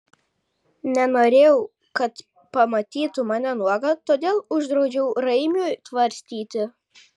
nenorėjau kad pamatytų mane nuogą todėl uždraudžiau raimiui tvarstyti